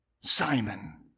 Simon